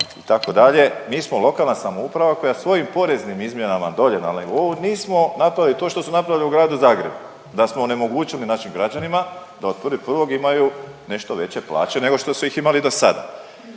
Rab itd., mi smo lokalna samouprava koja svojim poreznim izmjenama dolje na nivou nismo napravili to što su napravili u Gradu Zagrebu, da smo onemogućili našim građanima da od 1.1. imaju nešto veće plaće nego što su ih imali dosad.